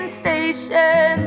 station